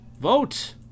Vote